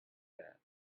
that